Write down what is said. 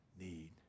need